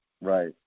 right